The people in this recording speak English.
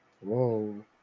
Whoa